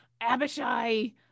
Abishai